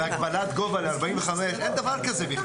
בהגבלת גובה ל-45, אין דבר כזה בכלל.